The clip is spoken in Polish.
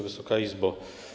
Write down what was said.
Wysoka Izbo!